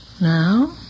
now